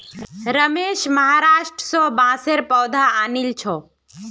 रमेश महाराष्ट्र स बांसेर पौधा आनिल छ